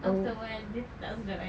after awhile dia tak sedap kan